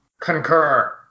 Concur